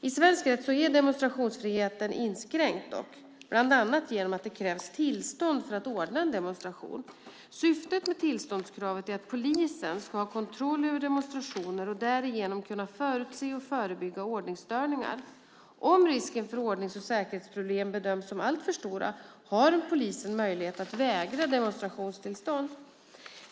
I svensk rätt är demonstrationsfriheten dock inskränkt bland annat genom att det krävs tillstånd för att anordna en demonstration. Syftet med tillståndskravet är att polisen ska ha kontroll över demonstrationer och därigenom kunna förutse och förebygga ordningsstörningar. Om risken för ordnings och säkerhetsproblem bedöms som alltför stor har polisen möjlighet att vägra demonstrationstillstånd.